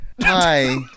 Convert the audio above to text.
Hi